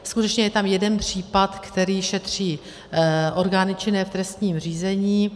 Skutečně je tam jeden případ, který šetří orgány činné v trestním řízení.